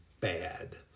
bad